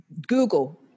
Google